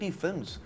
films